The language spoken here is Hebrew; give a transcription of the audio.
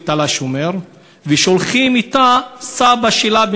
תל-השומר ושולחים אתה את סבא שלה,